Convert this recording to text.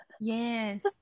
yes